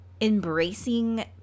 embracing